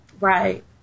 Right